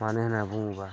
मानो होननानै बुङोब्ला